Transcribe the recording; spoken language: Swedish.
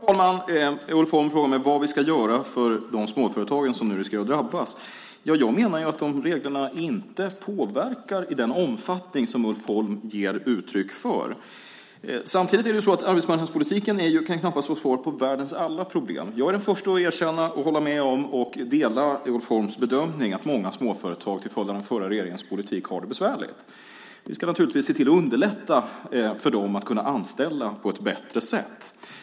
Herr talman! Ulf Holm frågar mig vad vi ska göra för de småföretag som nu riskerar att drabbas. Jag menar att de reglerna inte påverkar i den omfattning som Ulf Holm ger uttryck för. Samtidigt kan arbetsmarknadspolitiken knappast vara svaret på världens alla problem. Jag är den förste att erkänna, hålla med om och dela Ulf Holms bedömning att många småföretag till följd av den förra regeringens politik har det besvärligt. Vi ska naturligtvis se till att underlätta för dem så att de kan anställa på ett bättre sätt.